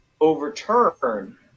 overturn